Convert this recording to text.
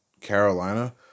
Carolina